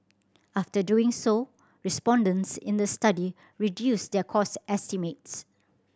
after doing so respondents in the study reduced their cost estimates